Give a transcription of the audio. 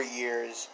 years